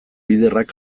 liderrak